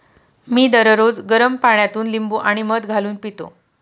मी दररोज गरम पाण्यात लिंबू आणि मध घालून पितो